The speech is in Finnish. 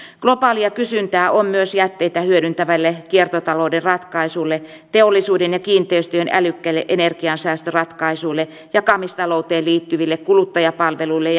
globaalia kysyntää on myös jätteitä hyödyntäville kiertotalouden ratkaisuille teollisuuden ja kiinteistöjen älykkäille energiansäästöratkaisuille jakamista louteen liittyville kuluttajapalveluille